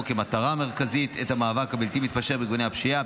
כמטרה מרכזית את המאבק הבלתי-מתפשר בארגוני הפשיעה,